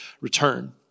return